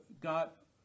got